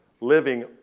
living